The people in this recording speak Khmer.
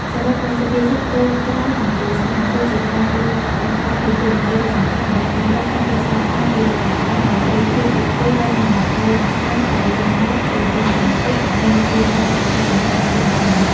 សរុបមក សុភាសិត "កូនក្រោលបង្គោលស្នឹង" គឺជាការលើកតម្កើងពីតួនាទីដ៏សំខាន់របស់កូនប្រុសក្នុងគ្រួសារខ្មែរពីអតីតកាល ដោយប្រៀបធៀបពួកគេទៅនឹងបង្គោលស្នឹងដែលរឹងមាំ ជាទីពឹងពាក់ និងជាអ្នករក្សាលំនឹងរបស់គ្រួសារ។